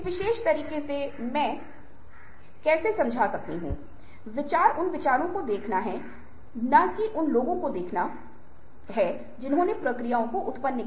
इसलिए यह बहुत महत्वपूर्ण है और अंत मे हमें इतना मीठा नहीं होना चाहिए कि लोग हमें खा जाएँ न ही इतने कड़वे कि वे हमें उगल दें